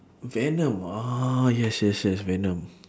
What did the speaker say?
venom ah yes yes yes venom